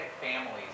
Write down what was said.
families